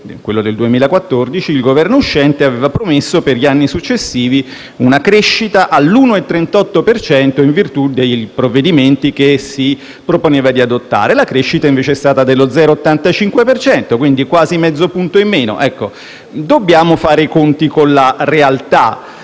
quello del 2014, il Governo uscente aveva promesso per gli anni successivi una crescita all'1,38 per cento in virtù dei provvedimenti che si proponeva di adottare. La crescita, invece, è stata dello 0,85 per cento, quasi mezzo punto in meno. Ecco, dobbiamo fare i conti con la realtà.